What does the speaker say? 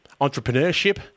entrepreneurship